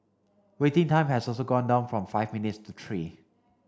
waiting time has also gone down from five minutes to three